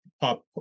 pop